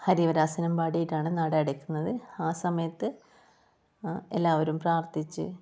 ഹരിവരാസനം പാടിയിട്ടാണ് നട അടക്കുന്നത് ആ സമയത്ത് എല്ലാവരും പ്രാർത്ഥിച്ച്